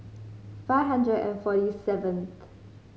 five hundred and forty seventh